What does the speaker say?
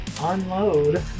Unload